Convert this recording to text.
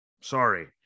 sorry